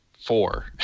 four